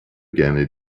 gerne